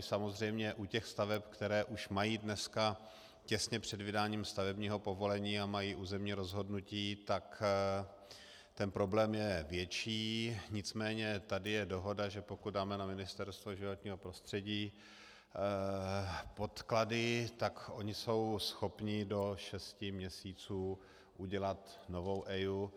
Samozřejmě u těch staveb, které už mají dneska těsně před vydáním stavebního povolení a mají územní rozhodnutí, je ten problém větší, nicméně tady je dohoda, že pokud dáme na Ministerstvo životního prostředí podklady, tak oni jsou schopni do šesti měsíců udělat novou EIA.